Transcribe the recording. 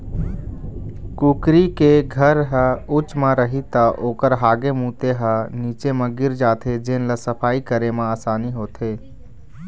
कुकरी के घर ह उच्च म रही त ओखर हागे मूते ह नीचे म गिर जाथे जेन ल सफई करे म असानी होथे